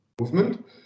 movement